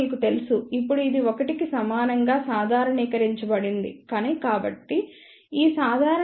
ఇప్పుడు ఇది 1 కి సమానంగా సాధారణీకరించబడిందని కాబట్టి ఈ సాధారణ విలువలో 0